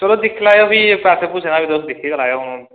चलो दिक्खी लैएओ भी पैसें पूसें दा ते तुस दिक्खी गै लैएओ हून